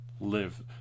live